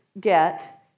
get